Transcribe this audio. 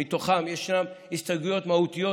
מתוכן יש הסתייגויות מהותיות,